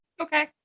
okay